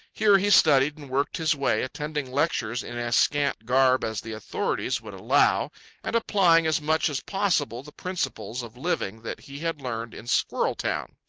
here he studied and worked his way, attending lectures in as scant garb as the authorities would allow and applying as much as possible the principles of living that he had learned in squirrel-town.